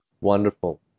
wonderful